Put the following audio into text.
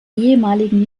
ehemaligen